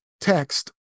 text